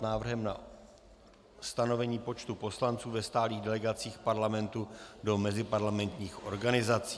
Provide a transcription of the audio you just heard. Návrh na stanovení počtu poslanců ve stálých delegacích Parlamentu do meziparlamentních organizací